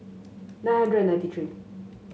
nine hundred and ninety three